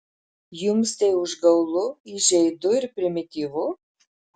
jums tai užgaulu įžeidu ir primityvu